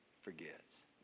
forgets